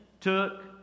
took